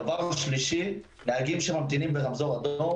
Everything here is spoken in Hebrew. דבר שלישי, נהגים שממתינים ברמזור אדום